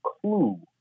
clue